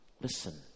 Listen